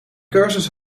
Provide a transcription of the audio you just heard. cursus